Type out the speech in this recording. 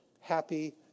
happy